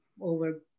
over